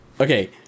okay